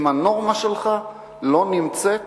אם הנורמה שלך לא נמצאת